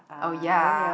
oh ya